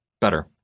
better